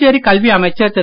புதுச்சேரி கல்வி அமைச்சர் திரு